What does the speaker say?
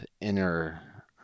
inner